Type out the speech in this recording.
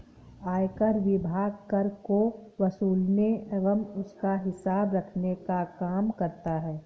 आयकर विभाग कर को वसूलने एवं उसका हिसाब रखने का काम करता है